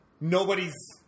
nobody's